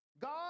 God